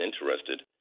interested